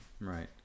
right